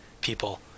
people